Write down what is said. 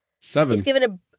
Seven